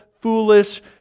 foolish